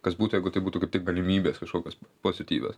kas būtų jeigu tai būtų kaip tik galimybės kažkokios pozityvios